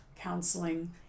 counseling